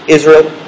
Israel